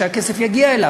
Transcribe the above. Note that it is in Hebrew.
שהכסף יגיע אליו.